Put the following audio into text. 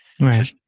right